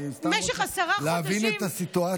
סתם להבין את הסיטואציה.